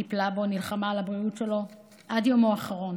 טיפלה בו ונלחמה על הבריאות שלו עד יומו האחרון.